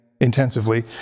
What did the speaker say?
intensively